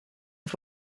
and